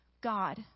God